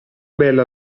bella